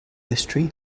history